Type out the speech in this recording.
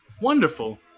Wonderful